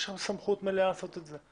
יש לכם סמכות מלאה לעשות את זה.